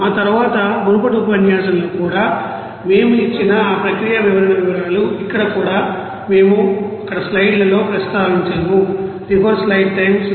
ఆ తర్వాత మునుపటి ఉపన్యాసంలో కూడా మేము ఇచ్చిన ఆ ప్రక్రియ వివరణ వివరాలు ఇక్కడ కూడా మేము అక్కడ స్లైడ్లలో ప్రస్తావించాము